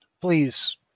Please